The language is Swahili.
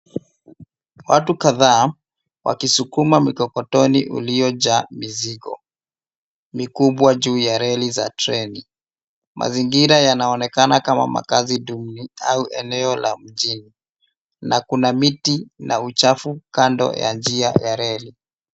Watu kadhaa wakisukuma mikokoteni iliyojaa mizigo mikubwa juu ya reli za treni mazingira yanaonekana kama makazi duni au eneo la mjini na kuna miti na uchafu kando ya njia ya reli